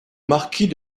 marquis